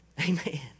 Amen